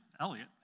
Elliot